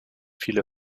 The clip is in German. viele